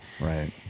right